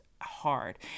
hard